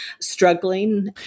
struggling